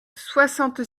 soixante